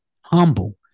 humble